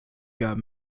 got